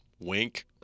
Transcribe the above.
Wink